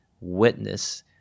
witness